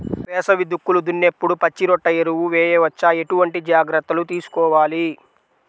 వేసవి దుక్కులు దున్నేప్పుడు పచ్చిరొట్ట ఎరువు వేయవచ్చా? ఎటువంటి జాగ్రత్తలు తీసుకోవాలి?